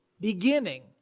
beginning